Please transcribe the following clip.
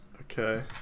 Okay